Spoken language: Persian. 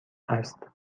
است